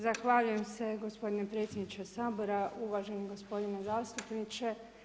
Zahvaljujem se gospodine predsjedniče Sabora, uvaženi gospodine zastupniče.